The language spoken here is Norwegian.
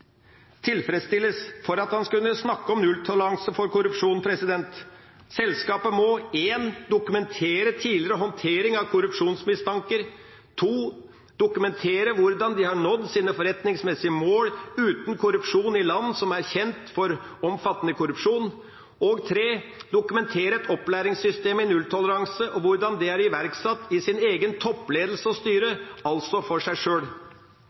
tilfredsstilles for at man skal kunne snakke om nulltoleranse for korrupsjon: Selskapet må 1) dokumentere tidligere håndtering av korrupsjonsmistanker, 2) dokumentere hvordan de har nådd sine forretningsmessige mål uten korrupsjon i land som er kjent for omfattende korrupsjon, og 3) dokumentere et opplæringssystem i nulltoleranse og hvordan det er iverksatt i sin egen toppledelse og styre – altså for seg sjøl.